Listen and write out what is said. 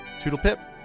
Toodlepip